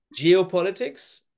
geopolitics